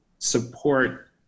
support